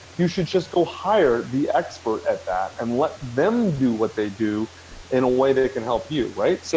you should just go higher the expert at that and let them do what they do in a way that it can help you. so